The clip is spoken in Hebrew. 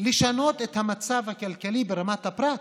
בשינוי המצב הכלכלי ברמת הפרט.